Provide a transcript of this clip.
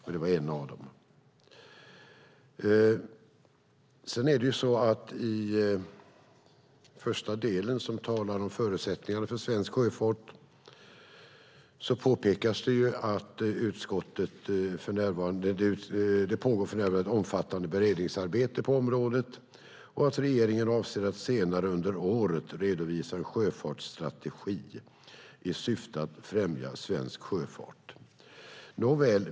I den första delen av betänkandet som handlar om förutsättningarna för svensk sjöfart påpekas att det för närvarande pågår ett omfattande beredningsarbete på området och att regeringen avser att senare under året redovisa en sjöfartsstrategi i syfte att främja svensk sjöfart. Nåväl.